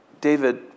David